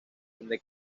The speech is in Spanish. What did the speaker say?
donde